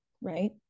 right